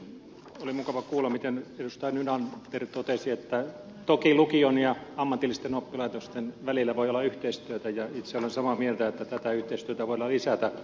oli mukava kuulla miten edustaja nylander totesi että toki lukion ja ammatillisten oppilaitosten välillä voi olla yhteistyötä ja itse olen samaa mieltä että tätä yhteistyötä voidaan lisätä